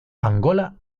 angola